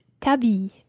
tabi